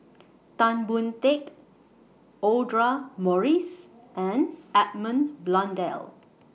Tan Boon Teik Audra Morrice and Edmund Blundell